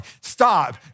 Stop